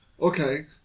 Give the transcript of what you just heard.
Okay